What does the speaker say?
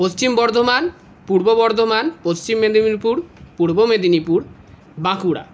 Paschim Bardhaman Purba Bardhaman Paschim Medinipur Purba Medinipur Bankura